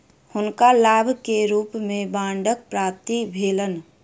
हुनका लाभ के रूप में बांडक प्राप्ति भेलैन